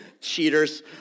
cheaters